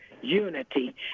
unity